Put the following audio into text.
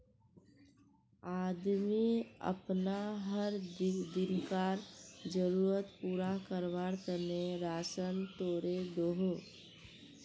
आदमी अपना हर दिन्कार ज़रुरत पूरा कारवार तने राशान तोड़े दोहों